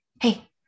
hey